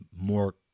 more